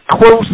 close